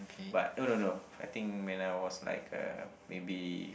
but no no no I think when I was like uh maybe